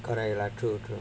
correct lah true true